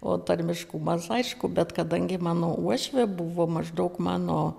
o tarmiškų man aišku bet kadangi mano uošvė buvo maždaug mano